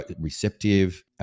receptive